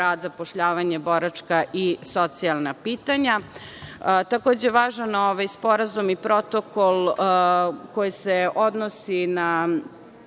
rad, zapošljavanje, boračka i socijalna pitanja. Takođe, sporazum i protokol koji se odnosi na